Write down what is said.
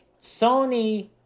Sony